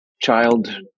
child